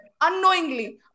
unknowingly